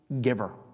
giver